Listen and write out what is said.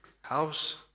house